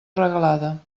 regalada